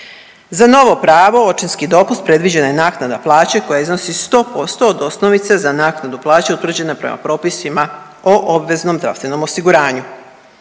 Za novo pravo očinski dopust predviđena je naknada plaće koja iznosi 100% od osnovice za naknadu plaće utvrđene prema propisima o obveznom zdravstvenom osiguranju.